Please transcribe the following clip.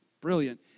brilliant